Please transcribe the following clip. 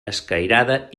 escairada